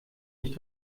nicht